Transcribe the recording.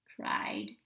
cried